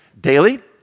Daily